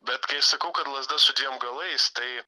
bet kai sakau kad lazda su dviem galais tai